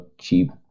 cheap